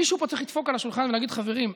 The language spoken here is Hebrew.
מישהו פה צריך לדפוק על השולחן ולהגיד: חברים,